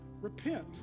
repent